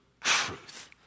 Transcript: truth